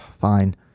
Fine